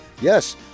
yes